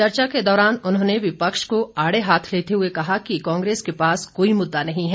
चर्चा के दौरान उन्होंने विपक्ष को आड़े हाथ लेते हए कहा कि कांग्रेस के पास कोई मुददा नहीं है